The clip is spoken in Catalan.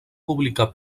publicar